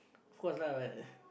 of course lah like